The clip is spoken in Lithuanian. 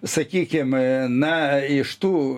sakykim na iš tų